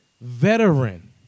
veteran